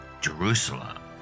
Jerusalem